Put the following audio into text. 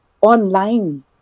online